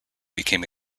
became